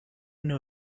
know